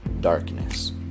darkness